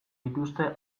dituzte